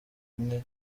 bumwe